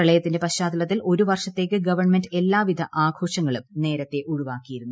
പ്രളയത്തിന്റെ പശ്ചാത്തലത്തിൽ ഒരു വർഷത്തേക്ക് ഗവൺമെന്റ് എല്ലാവിധ ആഘോഷങ്ങളും നേരത്തേ ഒഴിവാക്കിയിരുന്നു